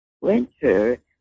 Winter